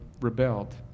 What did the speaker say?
rebelled